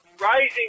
Rising